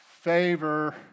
Favor